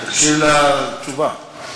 תקשיב לתשובה.